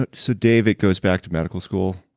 but so dave, it goes back to medical school.